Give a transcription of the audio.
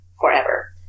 forever